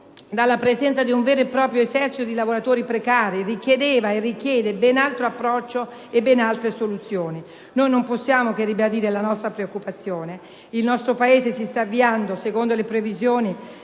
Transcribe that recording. dalla presenza di un vero e proprio esercito di lavoratori precari richiedeva e richiede ben altro approccio e ben altre soluzioni. Noi non possiamo che ribadire la nostra preoccupazione. Il nostro Paese si sta avviando, secondo previsioni